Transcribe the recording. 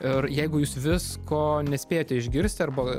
ir jeigu jūs visko nespėjote išgirsti arba